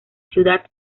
ciudad